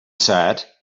sat